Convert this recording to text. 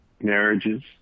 marriages